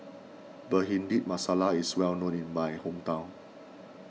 Bhindi Masala is well known in my hometown